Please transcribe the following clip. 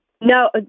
No